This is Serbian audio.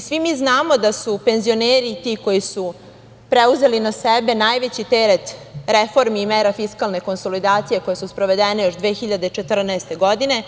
Svi mi znamo da su penzioneri ti koji su preuzeli na sebe najveći teret reformi i mere fiskalne konsolidacije, koje su sprovedene još 2014. godine